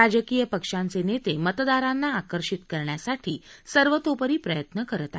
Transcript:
राजकीय पक्षांचे नेते मतदारांना आकर्षित करण्यासाठी सर्वतोपरी प्रयत्न करत आहेत